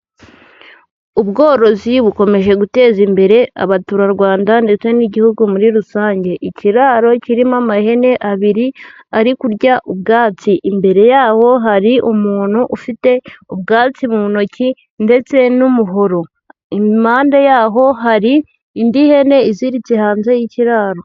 Ubworozi bukomeje guteza imbere abaturarwanda ndetse n'igihugu muri rusange, ikiraro kirimo amahene abiri ari kurya ubwatsi, imbere yaho hari umuntu ufite ubwatsi mu ntoki ndetse n'umuhoro, impande yaho hari indi hene iziritse hanze y'ikiraro.